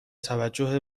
توجه